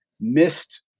missed